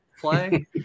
play